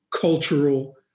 cultural